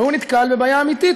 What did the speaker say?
והוא נתקל בבעיה אמיתית,